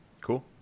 Cool